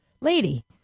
lady